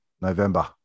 November